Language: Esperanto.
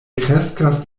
kreskas